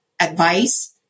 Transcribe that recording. advice